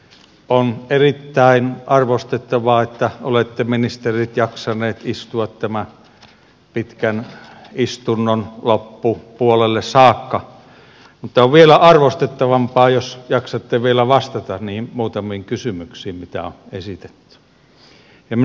on erittäin arvostettavaa että olette ministerit jaksaneet istua tämän pitkän istunnon loppupuolelle saakka mutta on vielä arvostettavampaa jos jaksatte vielä vastata niihin muutamiin kysymyksiin mitä on esitetty